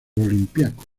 olympiacos